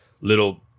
little